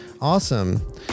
Awesome